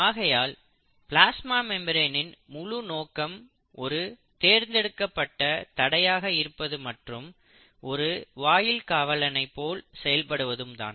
ஆகையால் பிளாஸ்மா மெம்பிரேனின் முழு நோக்கம் ஒரு தேர்ந்தெடுக்கப்பட்ட தடையாக இருப்பது மற்றும் ஒரு வாயில் காவலனை போல் செயல்படுவதும் தான்